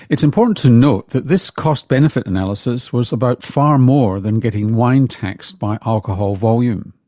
it's important to note that this cost benefit analysis was about far more than getting wine taxed by alcohol volume.